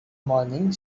morning